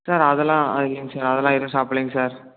sir அதெல்லாம் இல்லைங்க sir அதெல்லாம் ஏதும் சாப்பிட்லைங் சார்